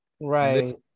Right